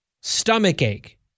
Stomachache